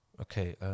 Okay